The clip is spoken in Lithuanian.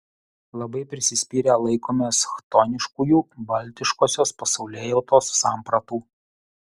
labai prisispyrę laikomės chtoniškųjų baltiškosios pasaulėjautos sampratų